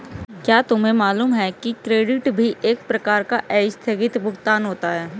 क्या तुम्हें मालूम है कि क्रेडिट भी एक प्रकार का आस्थगित भुगतान होता है?